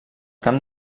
camp